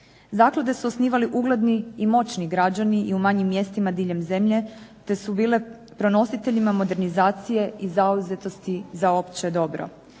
Zaklade su osnivali ugledni i moćni građani, i u manjim mjestima diljem zemlje, te su bile prenositeljima modernizacije i zauzetosti za opće dobro.